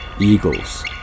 Eagles